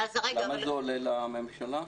למה זה עולה לממשלה?